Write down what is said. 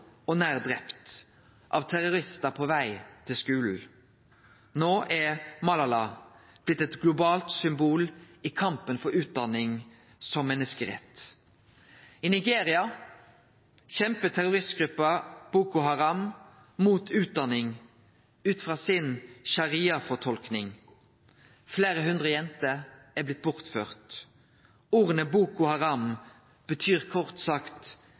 og nær drepen av terroristar, på veg til skulen. No er Malala blitt eit globalt symbol i kampen for utdanning som menneskerett. I Nigeria kjempar terroristgruppa Boko Haram mot utdanning ut frå si shariafortolking. Fleire hundre jenter er blitt bortførte. Orda «Boko Haram» betyr, kort sagt,